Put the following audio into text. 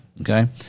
okay